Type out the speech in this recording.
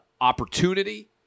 opportunity